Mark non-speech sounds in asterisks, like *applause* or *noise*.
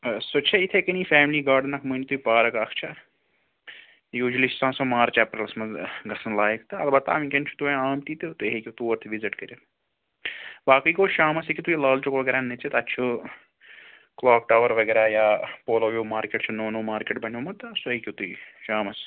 سۄ چھےٚ یِتھَے کٔنی فیملی گاڈَن اَکھ مٲنِو تُہۍ پارَک اَکھ چھےٚ یوٗجؤلی چھِ آسان سۄ مارٕچ اپریٖلَس منٛز گَژھُن لایق تہٕ البتہ وٕنۍکٮ۪ن چھُو تُہۍ *unintelligible* آمتی تہٕ تُہۍ ہیٚکِو تور تہِ وِزِٹ کٔرِتھ باقٕےگوٚو شامَس ہیٚکِو تُہۍ لالچوک وغیرہ نٔژِتھ اَتہِ چھُ کُلاک ٹاوَر وغیرہ یا پولو وِو مارکٮ۪ٹ چھُ نو نو مارکٮ۪ٹ بنیومُت تہٕ سُہ ہیٚکِو تُہۍ شامَس